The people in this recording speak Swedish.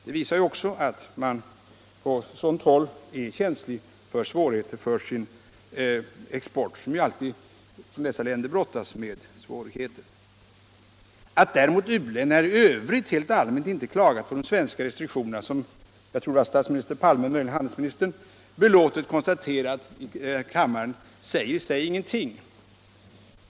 Det visar också att man på sådant håll är känslig för sin export, eftersom ju dessa länder alltid brottas med svårigheter. Att däremot u-länderna i övrigt helt allmänt inte klagat på de svenska restriktionerna, som jag tror att statsminister Palme — eller möjligen handelsministern — belåtet konstaterat i kammaren, säger i sig ingenting.